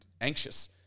anxious